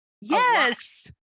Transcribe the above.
Yes